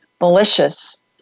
malicious